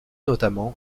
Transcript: notamment